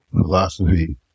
philosophy